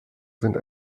sind